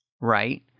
right